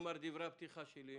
את מה שנאמר כאן בגלל קריאות הביניים.